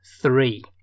three